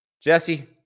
Jesse